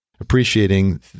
appreciating